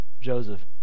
Joseph